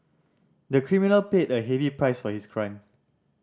the criminal paid a heavy price for his crime